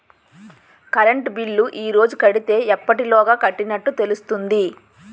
Current bill ఈ రోజు కడితే ఎప్పటిలోగా కట్టినట్టు తెలుస్తుంది?